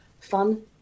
fun